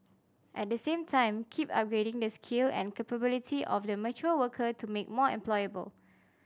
at the same time keep upgrading the skill and capability of the mature worker to make more employable